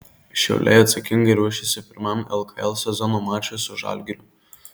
šiauliai atsakingai ruošiasi pirmam lkl sezono mačui su žalgiriu